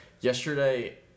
Yesterday